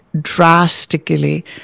drastically